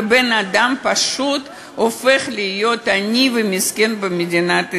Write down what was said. ובן-אדם פשוט הופך להיות עני ומסכן במדינת ישראל.